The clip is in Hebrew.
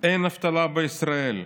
אין אבטלה בישראל,